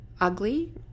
ugly